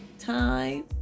time